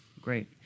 Great